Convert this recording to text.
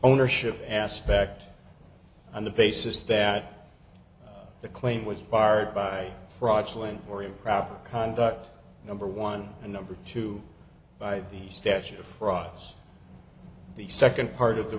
ownership aspect on the basis that the claim was barred by fraudulent or improper conduct number one and number two by the statute of frauds the second part of the